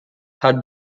had